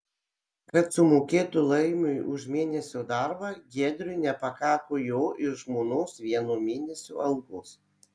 kad sumokėtų laimiui už mėnesio darbą giedriui nepakako jo ir žmonos vieno mėnesio algos